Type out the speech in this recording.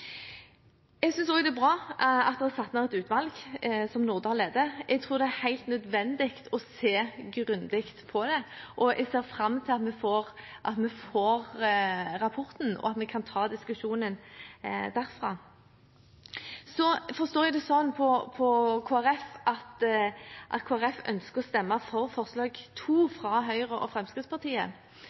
Jeg synes også det er bra at det er satt ned et utvalg, som professor Thomas Nordahl leder. Jeg tror det er helt nødvendig å se grundig på det. Jeg ser fram til at vi får rapporten, og at vi kan ta diskusjonen derfra. Jeg forstår det sånn på Kristelig Folkeparti at de ønsker å stemme for forslag nr. 2, fra Høyre og Fremskrittspartiet.